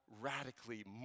radically